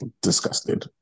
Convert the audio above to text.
disgusted